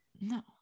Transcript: no